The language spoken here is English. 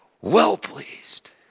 well-pleased